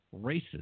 racist